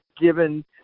given